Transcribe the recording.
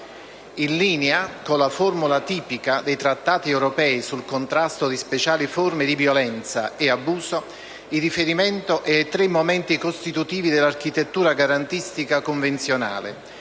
In linea con la formula tipica dei trattati europei sul contrasto di speciali forme di violenza e abuso, il riferimento è ai tre momenti costitutivi dell'architettura garantistica convenzionale,